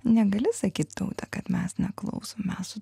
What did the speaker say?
negali sakyt taute kad mes neklausom mes su